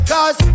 Cause